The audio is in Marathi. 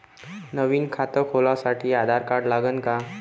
नवीन खात खोलासाठी आधार कार्ड लागन का?